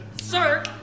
Sir